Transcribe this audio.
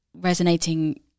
resonating